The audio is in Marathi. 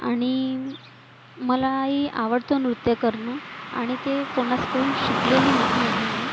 आणि मलाही आवडतो नृत्य करणं आणि ते कोणाचकडून शिकलेली नाही आहे मी